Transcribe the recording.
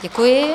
Děkuji.